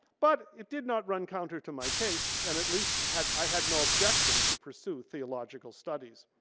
but it did not run counter to my tastes and at least had, i had no objection to pursue theological studies.